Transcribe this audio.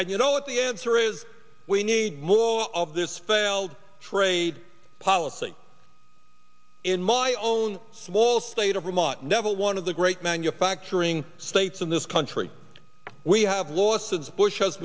and you know what the answer is we need more of this failed trade policy in my own small state of vermont never one of the great manufacturing states in this country we have lost since bush has